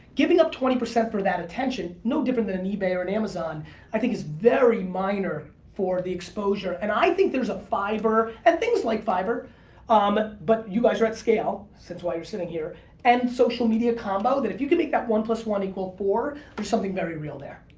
giving up twenty percent for that attention no different than ebay or an amazon i think is very minor for the exposure. and i think there's a fiverr and things like fiverr um but you guys are at scale that's why you're sitting here and social media combo if you can make that one plus one equal four there's something very real there.